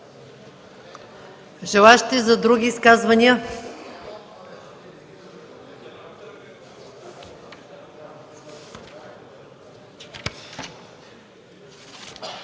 Желаещи за други изказвания?